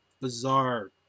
bizarre